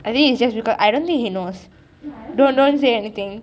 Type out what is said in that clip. I think it's just because I don't think he knows don't don't say anything